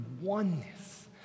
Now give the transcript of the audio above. oneness